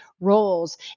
roles